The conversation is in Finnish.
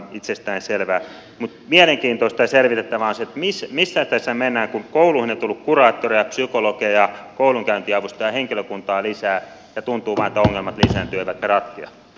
mutta mielenkiintoista ja selvitettävää on se missä tässä mennään kun kouluihin on tullut kuraattoreja psykologeja koulunkäyntiavustajia ja henkilökuntaa lisää ja tuntuu vain että ongelmat lisääntyvät eivätkä ratkea